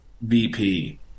vp